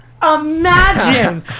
imagine